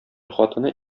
хатыны